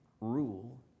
rule